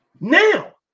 Now